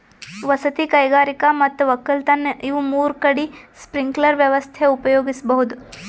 ವಸತಿ ಕೈಗಾರಿಕಾ ಮತ್ ವಕ್ಕಲತನ್ ಇವ್ ಮೂರ್ ಕಡಿ ಸ್ಪ್ರಿಂಕ್ಲರ್ ವ್ಯವಸ್ಥೆ ಉಪಯೋಗಿಸ್ಬಹುದ್